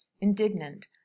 indignant